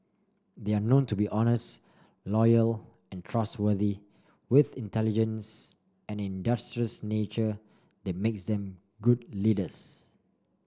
they are known to be honest loyal and trustworthy with intelligence and an industrious nature that makes them good leaders